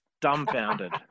dumbfounded